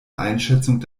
einschätzung